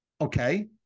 Okay